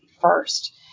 first